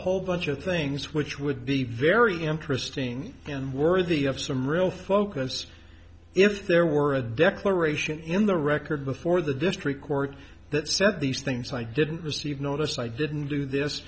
whole bunch of things which would be very interesting and worthy of some real focus if there were a declaration in the record before the district court that set these things i didn't receive notice i didn't do this